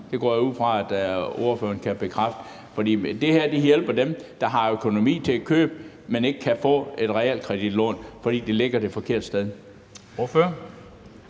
det går jeg ud fra at ordføreren kan bekræfte – for det her hjælper dem, der har økonomi til at købe, men ikke kan få et realkreditlån, fordi huset ligger det forkerte sted.